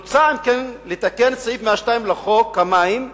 מוצע, אם כן, לתקן את סעיף 102 לחוק המים,